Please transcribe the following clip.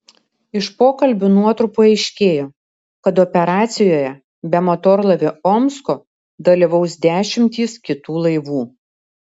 iš pokalbių nuotrupų aiškėjo kad operacijoje be motorlaivio omsko dalyvaus dešimtys kitų laivų